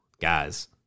guys